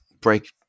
break